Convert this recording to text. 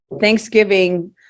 Thanksgiving